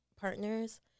partners